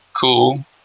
cool